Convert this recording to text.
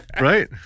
Right